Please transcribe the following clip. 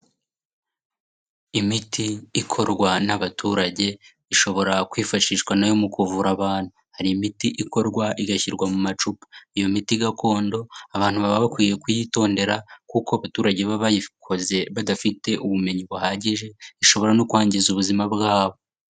Imiti ikorwa n'abaturage, ishobora kwifashishwa na yo mu kuvura abantu. Hari imiti ikorwa igashyirwa mu macupa. Iyo miti gakondo, abantu baba bakwiye kuyitondera kuko abaturage baba bayikoze badafite ubumenyi buhagije, ishobora no kwangiza ubuzima bwabo.